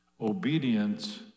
Obedience